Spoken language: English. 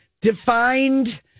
defined